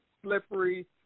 slippery